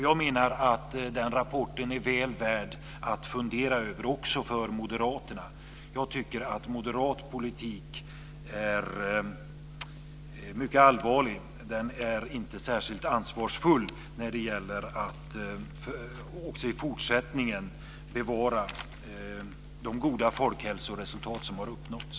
Jag menar att den rapporten är väl värd att fundera över också för Moderaterna. Jag ser mycket allvarligt på den moderata politiken. Den är inte särskilt ansvarsfull när det gäller att också i fortsättningen bevara de goda folkhälsoresultat som har uppnåtts.